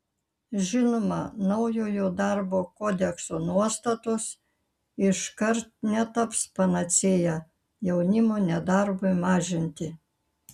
žinoma naujojo darbo kodekso nuostatos iškart netaps panacėja jaunimo nedarbui mažinti